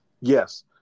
yes